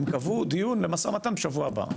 הם קבעו דיון למשא ומתן בשבוע הבא.